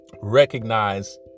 recognize